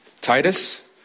Titus